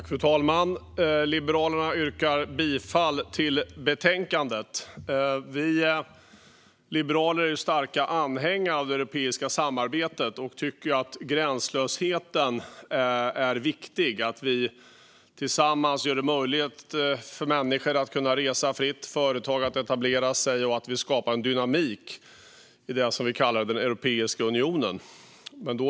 Fru talman! Liberalerna yrkar bifall till utskottets förslag i betänkandet. Vi liberaler är starka anhängare av det europeiska samarbetet. Vi tycker att gränslösheten är viktig, att vi tillsammans gör det möjligt för människor att kunna resa fritt, företag att etablera sig och att vi skapar en dynamik i det vi kallar Europeiska unionen.